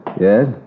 Yes